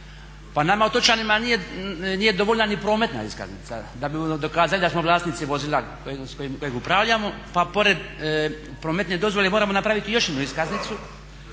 Pa nama otočanima nije dovoljna ni prometna iskaznica da bi dokazali da smo vlasnici vozila kojeg upravljamo, pa pored prometne dozvole moramo napraviti još jednu iskaznicu